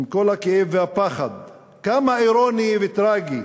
עם כל הכאב והפחד, כמה אירוני וטרגי